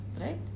right